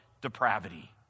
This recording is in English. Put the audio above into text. depravity